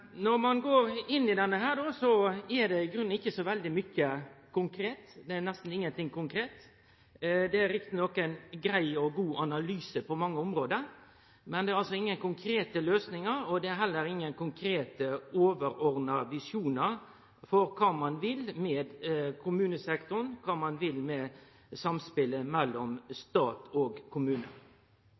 Når ein går inn i ho, er det i grunnen ikkje så veldig mykje konkret – det er nesten ingenting konkret. Det er riktignok ein grei og god analyse på mange område, men det er ingen konkrete løysingar, og det er heller ingen konkrete, overordna visjonar for kva ein vil med kommunesektoren, og kva ein vil med samspelet mellom stat og